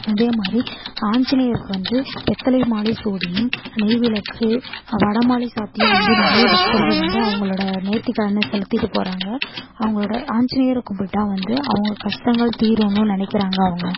இதேமாதிரி ஆஞ்சநேயர்க்கு வந்து வெற்றிலை மாலை சூடியும் நெய்விளக்கு வடைமலை சாத்தியும் வந்து நிறைய பக்தர்கள் வந்து அவங்களோட நேத்திக்கடனை செலுத்திட்டு போகிறாங்க அவங்களோட ஆஞ்சிநேயரை கும்பிட்டா வந்து அவங்க கஷ்டங்கள் தீரும்னு நினைக்குறாங்க அவங்க